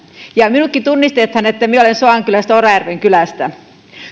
minutkin tunnistetaan että minä olen sodankylästä orajärven kylästä